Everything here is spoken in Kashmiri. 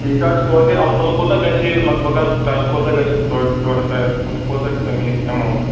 ٹھیٖک حظ چھُ توتہِ اَلہٕ پلہٕ کوتاہ گژھِ یہِ لگ بگ حظ ٹچ کوتاہ گژھِ ڈۄڈ ڈۄڈ ہتَن ترٛامٮ۪ن خٲطرٕ کوٗتاہ سَمہِ یہِ ایماوُنٛٹ